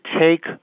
take